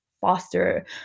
faster